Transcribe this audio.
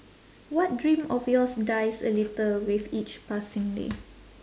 what dream of yours dies a little with each passing day